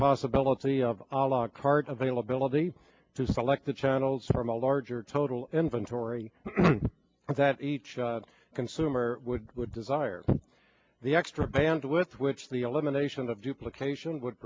possibility of a la carte availability to select the channels from a larger total inventory that each consumer would would desire the extra bandwidth which the elimination of duplication would